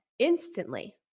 instantly